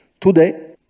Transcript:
Today